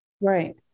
Right